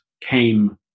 came